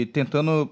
tentando